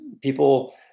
People